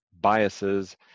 biases